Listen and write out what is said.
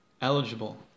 eligible